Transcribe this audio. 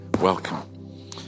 Welcome